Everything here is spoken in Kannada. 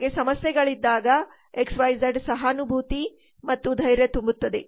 ನಿಮಗೆ ಸಮಸ್ಯೆಗಳಿದ್ದಾಗ ಎಕ್ಸ್ ವೈ ಝಡ್ಸಹಾನುಭೂತಿ ಮತ್ತು ಧೈರ್ಯ ತುಂಬುತ್ತದೆ